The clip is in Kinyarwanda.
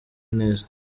neza